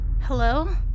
Hello